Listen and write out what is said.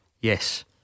Yes